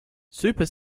super